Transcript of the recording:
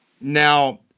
Now